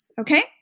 okay